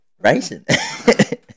Racing